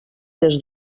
des